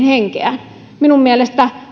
henkeään minun mielestäni